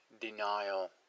denial